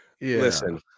Listen